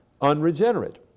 unregenerate